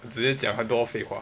直接讲很多废话